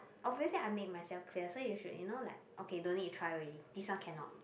obviously I make myself clear so you should you know like okay don't need to try already this one cannot